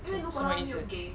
什什么意思